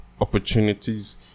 opportunities